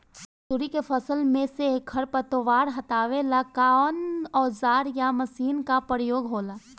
मसुरी के फसल मे से खरपतवार हटावेला कवन औजार या मशीन का प्रयोंग होला?